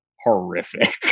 horrific